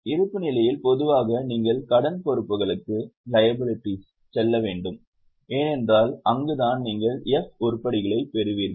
இருப்புநிலையில் பொதுவாக நீங்கள் கடன் பொறுப்புகளுக்குச் செல்ல வேண்டும் ஏனென்றால் அங்குதான் நீங்கள் F உருப்படிகளைப் பெறுவீர்கள்